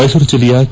ಮೈಸೂರು ಜಿಲ್ಲೆಯ ಕೆ